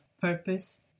purpose